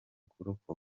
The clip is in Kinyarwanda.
kurokoka